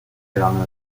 vernon